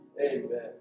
Amen